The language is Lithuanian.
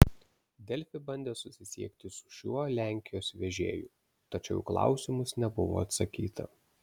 delfi bandė susisiekti su šiuo lenkijos vežėju tačiau į klausimus nebuvo atsakyta